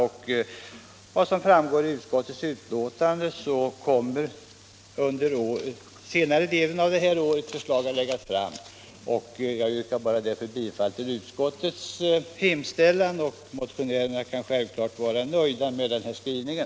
Enligt vad som framgår av utskottets betänkande kommer under senare delen av detta år förslag att läggas fram. Jag yrkar därför bara bifall till utskottets hemställan. Motionärerna kan självfallet vara nöjda med den här skrivningen.